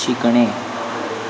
शिकणे